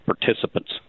participants